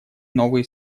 новые